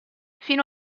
fino